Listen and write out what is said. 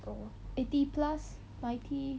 eighty plus ninety